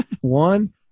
one